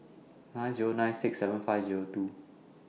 nine Zero nine six seven five Zero two